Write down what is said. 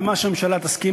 ומה שהממשלה תסכים,